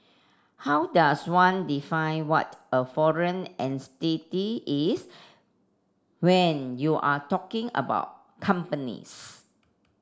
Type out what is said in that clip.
how does one define what a foreign entity is when you're talking about companies